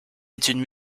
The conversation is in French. études